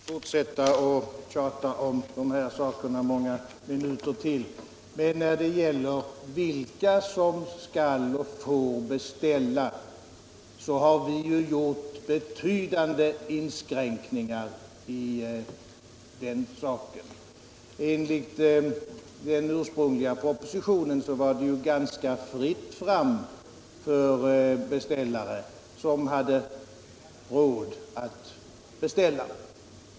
Herr talman! Jag skall inte fortsätta att tjata om dessa saker många minuter till, men när det gäller vilka som skall och får beställa har vi gjort betydande inskränkningar. Enligt den ursprungliga propositionen var det ganska fritt fram för beställare som hade råd att beställa.